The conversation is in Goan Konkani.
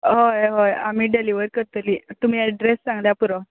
हय हय आमी डॅलिवर करतली तुमी एड्रॅस सांगल्यार पुरो